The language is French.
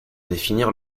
définir